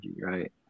right